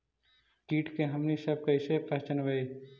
किट के हमनी सब कईसे पहचनबई?